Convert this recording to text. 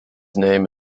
name